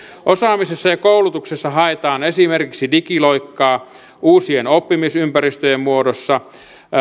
osaamisessa ja koulutuksessa haetaan esimerkiksi digiloikkaa uusien oppimisympäristöjen muodossa